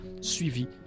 suivi